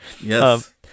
yes